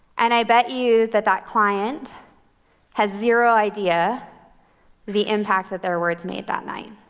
and i bet you that that client has zero idea the impact that their words made that night.